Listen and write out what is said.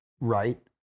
right